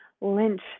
lynch